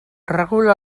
regula